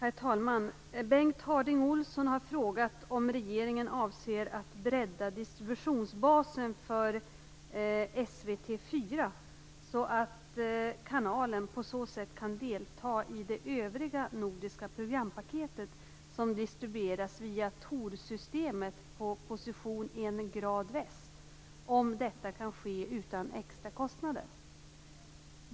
Herr talman! Bengt Harding Olson har frågat om regeringen avser att bredda distributionsbasen för SVT 4 så att kanalen på så sätt kan delta i det övriga nordiska programpaketet, som distribueras via Thorsystemet på position 1 grad väst, om detta kan ske utan extra kostnader.